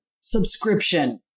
subscription